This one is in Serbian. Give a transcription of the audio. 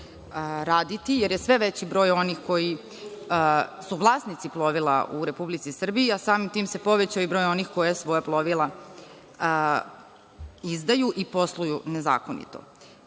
raditi jer je sve veći broj onih koji su vlasnici plovila u Republici Srbiji, a samim tim se i povećao broj onih koji svoja plovila izdaju i posluju nezakonito.